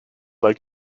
like